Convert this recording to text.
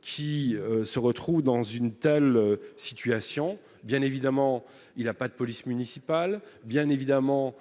qui se retrouve dans une telle situation, bien évidemment, il a pas de police municipale, bien évidemment,